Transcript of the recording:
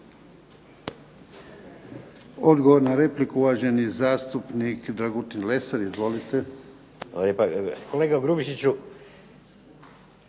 Odgovor na repliku uvaženi zastupnik Dragutin Lesar. Izvolite. **Lesar,